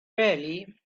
really